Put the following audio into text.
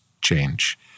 change